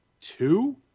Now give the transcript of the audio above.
two